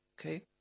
Okay